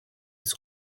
des